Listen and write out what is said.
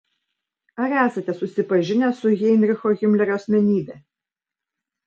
ar esate susipažinęs su heinricho himlerio asmenybe